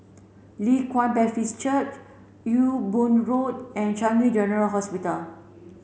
Leng Kwang Baptist Church Ewe Boon Road and Changi General Hospital